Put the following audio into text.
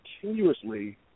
continuously